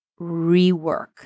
rework